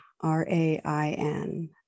R-A-I-N